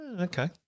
Okay